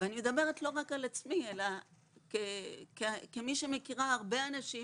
ואני מדברת לא רק על עצמי אלא כמי שמכירה הרבה אנשים